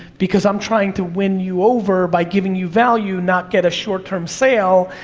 because i'm trying to win you over by giving you value, not get a short term sale,